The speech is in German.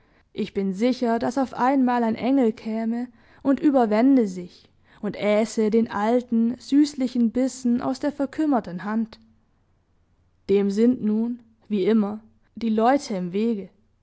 ich bin sicher daß auf einmal ein engel käme und überwände sich und äße den alten süßlichen bissen aus der verkümmerten hand dem sind nun wie immer die leute im wege